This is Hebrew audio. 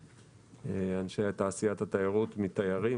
ושאנשי תעשיית התיירות יתפרנסו מתיירים